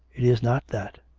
it is not that.